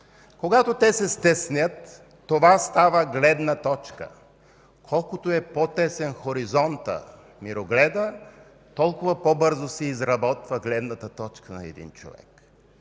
Когато те се стеснят, това става гледна точка. Колкото е по-тесен хоризонтът, мирогледът, толкова по-бързо се изработва гледната точка на един човек.